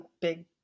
big